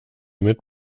mit